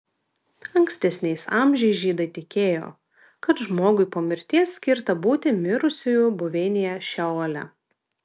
ankstesniais amžiais žydai tikėjo kad žmogui po mirties skirta būti mirusiųjų buveinėje šeole